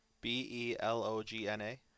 B-E-L-O-G-N-A